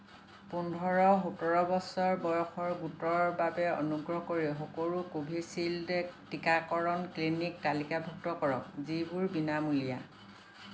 পোন্ধৰ সোতৰ বছৰ বয়সৰ গোটৰ বাবে অনুগ্ৰহ কৰি সকলো কোভিচিল্ড টীকাকৰণ ক্লিনিক তালিকাভুক্ত কৰক যিবোৰ বিনামূলীয়া